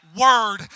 word